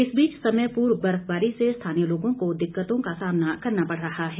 इस बीच समय पूर्व बर्फबारी से स्थानीय लोगों को दिक्कतों का सामना करना पड़ रहा है